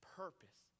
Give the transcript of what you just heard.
purpose